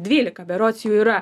dvylika berods jų yra